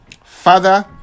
Father